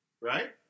right